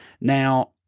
now